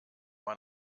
man